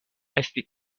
esti